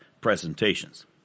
presentations